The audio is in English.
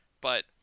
but-